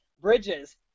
Bridges